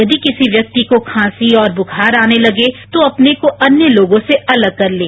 यदि किसी व्यक्ति को खांसी और वुखार आने लगे तो अपने को अन्य लोगों से अलग कर लें